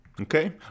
Okay